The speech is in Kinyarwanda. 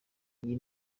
iyi